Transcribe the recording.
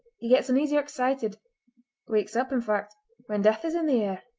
he gets uneasy or excited wakes up, in fact when death is in the air